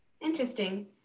Interesting